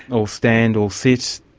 all stand all sit'.